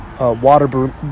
water